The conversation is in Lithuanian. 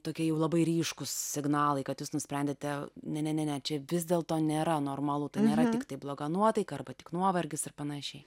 tokie jau labai ryškūs signalai kad jūs nusprendėte ne ne ne čia vis dėlto nėra normalu tai nėra tiktai bloga nuotaika arba tik nuovargis ir panašiai